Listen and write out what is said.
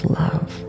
love